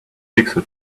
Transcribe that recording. pixel